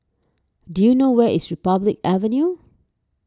do you know where is Republic Avenue